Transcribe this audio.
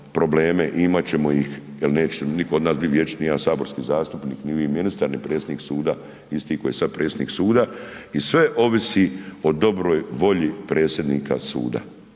imat ćemo ih jer neće biti vječni saborski zastupnik, ni vi ministar ni predsjednik suda isti koji je sad predsjednik suda i sve ovisi o dobro volji predsjednika suda,